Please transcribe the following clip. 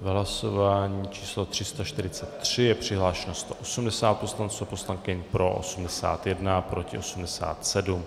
V hlasování číslo 343 je přihlášeno 180 poslanců a poslankyň, pro 81, proti 87.